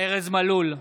ארז מלול,